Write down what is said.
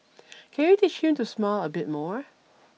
can you teach him to smile a bit more